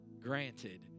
granted